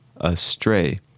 Astray